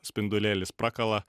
spindulėlis prakala